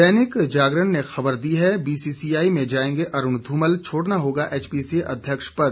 दैनिक जागरण ने खबर दी है बीसीसीआई में जाएंगे अरूण धूमल छोड़ना होगा एचपीसीए अध्यक्ष पद